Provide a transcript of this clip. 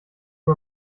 wir